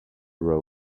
road